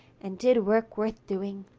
and did work worth doing.